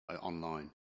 online